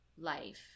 life